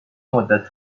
مدت